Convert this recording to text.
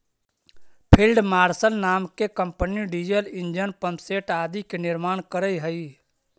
field marshal नाम के company diesel engine, pumpset आदि के निर्माण करऽ हई